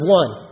one